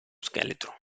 scheletro